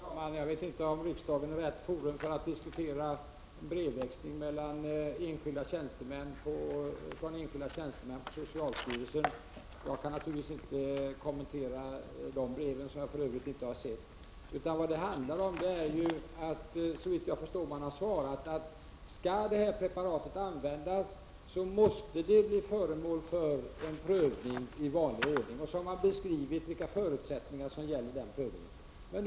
Fru talman! Jag vet inte om riksdagen är rätt forum för att diskutera enskilda socialstyrelsetjänstemäns brevväxling. Jag kan naturligtvis inte kommentera de aktuella breven, som jag för övrigt inte har sett. Vad det handlar om är såvitt jag förstår att man har svarat att om detta preparat skall användas, måste det bli föremål för en prövning i vanlig ordning. Sedan beskrivs vilka förutsättningar som gäller för den prövningen.